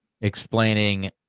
explaining